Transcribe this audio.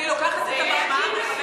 אני לוקחת את המחמאה,